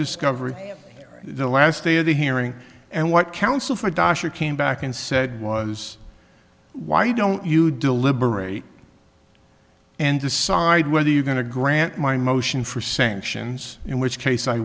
discovery the last day of the hearing and what counsel for a doctor came back and said was why don't you deliberate and decide whether you're going to grant my motion for sanctions in which case i